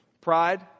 Pride